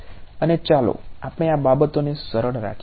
અને ચાલો આપણે આ બાબતોને સરળ રાખીએ